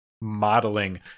modeling